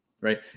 right